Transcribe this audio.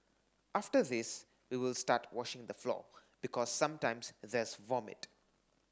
after this we will start washing the floor because sometimes there's vomit